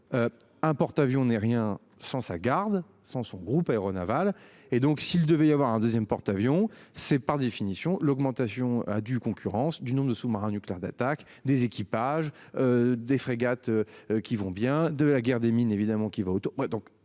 Un porte-avions n'est rien sans sa garde son son groupe aéronaval et donc s'il devait y avoir un 2ème porte-avions c'est par définition l'augmentation à du concurrence du nombre de sous-marins nucléaires d'attaque des équipages. Des frégates qui vont bien de la guerre des mines évidemment qui va autour,